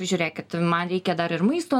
žiūrėkit man reikia dar ir maisto